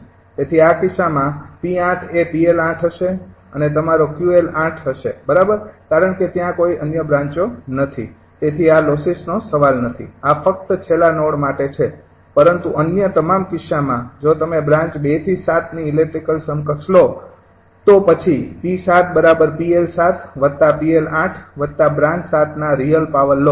તેથી તે કિસ્સામાં 𝑃૮ એ 𝑃𝐿૮ હશે અને તમારો 𝑄𝐿 હશે બરાબર કારણ કે ત્યાં કોઈ અન્ય બ્રાંચો નથી તેથી આ લોસીસ સવાલ નથી આ ફક્ત છેલ્લા નોડ માટે છે પરંતુ અન્ય તમામ કિસ્સામાં જો તમે તમારી બ્રાન્ચ ૨ થી ૭ ની ઇલેક્ટ્રિકલ સમકક્ષ લો તો પછી 𝑃૭𝑃𝐿૭𝑃𝐿૮ બ્રાન્ચ ૭ ના રિયલ પાવર લોસ